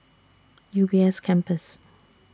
U B S Campus